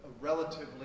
relatively